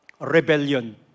Rebellion